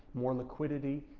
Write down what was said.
more liquidity,